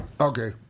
okay